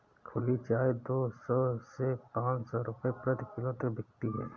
खुली चाय दो सौ से पांच सौ रूपये प्रति किलो तक बिकती है